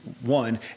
One